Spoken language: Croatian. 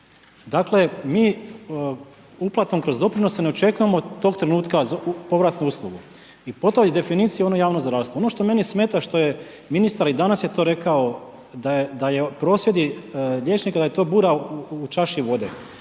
Dakle mi uplatom kroz doprinose ne očekujemo od tog trenutka povratnu uslugu i po toj definiciji ono je javno zdravstvo. Ono što meni smeta, što je ministar i danas je to rekao, da prosvjedi liječnika, da je to bura u čaši vode.